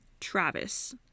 travis